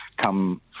come